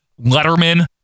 letterman